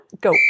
go